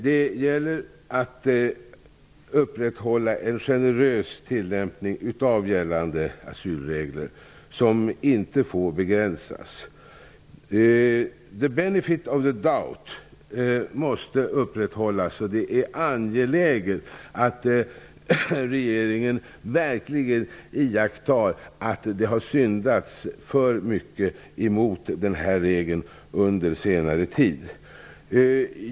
Det gäller att upprätthålla en generös tillämpning av gällande asylregler. De får inte begränsas. ''The benefit of the doubt'' måste upprätthållas. Det är angeläget att regeringen verkligen iakttar att det under senare tid har syndats alltför mycket mot denna regel.